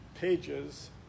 pages